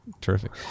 Terrific